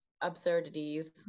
absurdities